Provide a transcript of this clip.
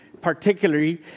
particularly